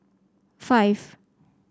five